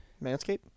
Manscape